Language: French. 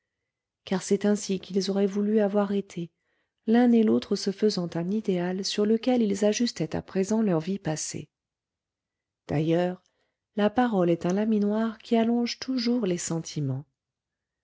car c'est ainsi qu'ils auraient voulu avoir été l'un et l'autre se faisant un idéal sur lequel ils ajustaient à présent leur vie passée d'ailleurs la parole est un laminoir qui allonge toujours les sentiments